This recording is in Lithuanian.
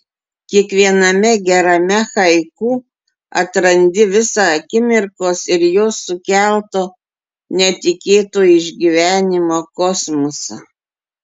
kiekviename gerame haiku atrandi visą akimirkos ir jos sukelto netikėto išgyvenimo kosmosą